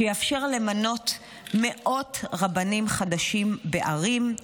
שיאפשר למנות מאות רבנים חדשים בערים,